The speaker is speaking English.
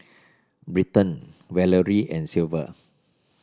Britton Valery and Sylvia